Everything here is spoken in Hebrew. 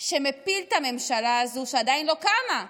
שמפיל את הממשלה הזו, שעדיין לא קמה,